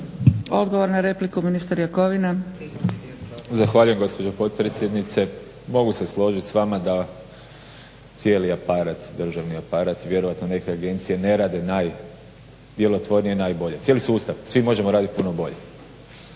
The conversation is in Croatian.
Odgovor na repliku, ministar Jakovina. **Jakovina, Tihomir (SDP)** Zahvaljujem gospođo potpredsjednice. Mogu se složiti s vama da cijeli aparat, državni aparat vjerojatno neke agencije ne rade najdjelotvornije i najbolje. Cijeli sustav, svi možemo raditi puno bolje.